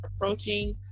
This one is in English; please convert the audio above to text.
approaching